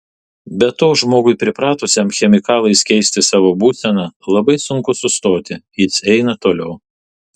be to žmogui pripratusiam chemikalais keisti savo būseną labai sunku sustoti jis eina toliau